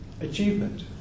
achievement